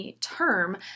term